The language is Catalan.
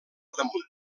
damunt